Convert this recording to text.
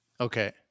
Okay